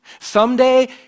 Someday